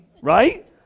right